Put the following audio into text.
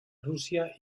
rusia